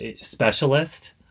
specialist